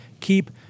keep